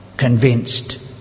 convinced